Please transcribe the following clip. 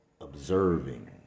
Observing